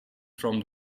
from